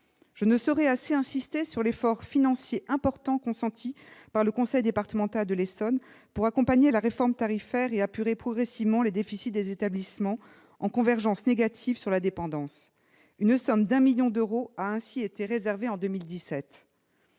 Je ne saurais assez insister sur l'effort financier important consenti par le conseil départemental de l'Essonne pour accompagner la réforme tarifaire et apurer progressivement les déficits des établissements en convergence négative sur la dépendance : une somme de 1 million d'euros a ainsi été réservée en 2017.